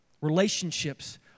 Relationships